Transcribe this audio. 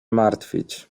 martwić